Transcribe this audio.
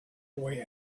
boy